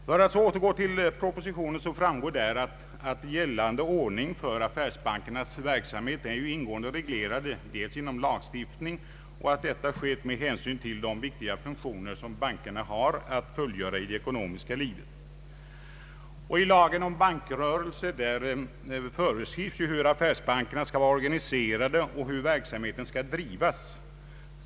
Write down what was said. För att återgå till propositionen så framgår ur denna att gällande ordning för affärsbankernas verksamhet är ingående reglerad genom lagstiftning och att detta skett med hänsyn till de viktiga funktioner bankerna har att fullgöra i det ekonomiska livet. I lagen om bankrörelse föreskrivs hur affärsbankerna skall vara organiserade och hur verksamheten skall drivas.